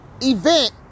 event